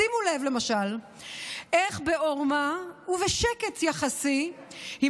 שימו לב למשל איך בעורמה ובשקט יחסי היא